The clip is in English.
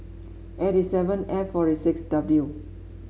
eighty seven F forty six W